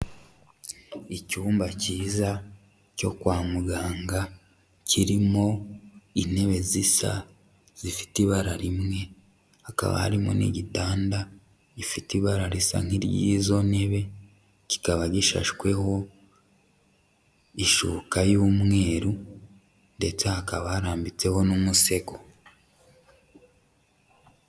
Icyumba cyiza cyo kwa muganga kirimo intebe zisa zifite ibara rimwe, hakaba harimo n'igitanda gifite ibara risa nk'iry'izo ntebe kikaba gishashweho ishuka y'umweru ndetse hakaba harambitseho n'umusego.